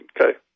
Okay